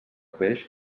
peix